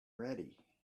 ready